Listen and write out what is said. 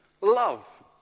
love